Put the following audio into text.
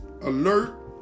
alert